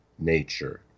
nature